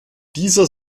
dieser